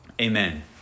Amen